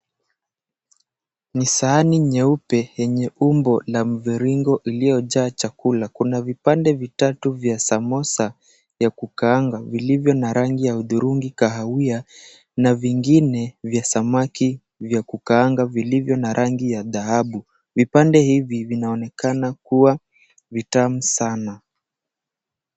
Ni sahani nyeupe yenye umbo na mviringo iliyojaa chakula. Kuna vipande vitatu vya samosa ya kukaanga vilivyo na rangi ya hudhurungi kahawia, na vingine vya samaki vya kukaanga vilivyo na rangi ya dhahabu. Vipande hivi vinaonekana kuwa vitamu sana.